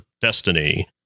destiny